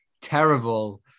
terrible